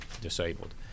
disabled